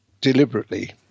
deliberately